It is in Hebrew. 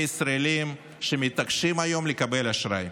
ישראלים שמתעקשים היום לקבל אשראי.